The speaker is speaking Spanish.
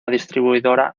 distribuidora